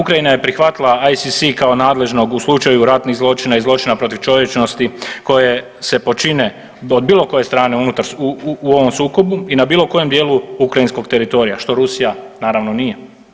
Ukrajina je prihvatila ISS kao nadležnog u slučaju ratnih zločina i zločina protiv čovječnosti koje se počine od bilo koje strane u ovom sukobu i na bilo kojem dijelu ukrajinskog teritorija što Rusija naravno nije.